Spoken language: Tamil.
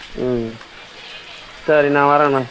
ம் சரி நான் வரேன் அண்ணா